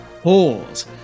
holes